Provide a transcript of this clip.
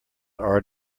are